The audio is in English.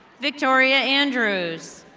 victoria andrews.